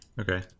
Okay